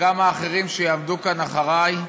שגם האחרים שיעמדו כאן אחריי